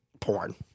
porn